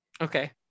Okay